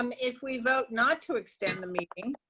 um if we vote not to extend the meeting,